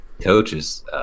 coaches